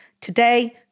today